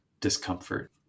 discomfort